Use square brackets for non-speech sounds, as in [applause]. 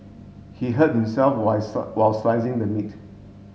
he hurt himself while [unintelligible] while slicing the meat